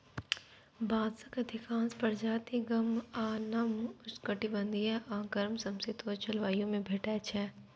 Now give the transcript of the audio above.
बांसक अधिकांश प्रजाति गर्म आ नम उष्णकटिबंधीय आ गर्म समशीतोष्ण जलवायु मे भेटै छै